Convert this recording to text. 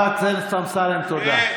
את השוחד שקיבלת.